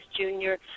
Junior